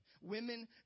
women